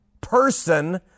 person